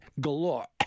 galore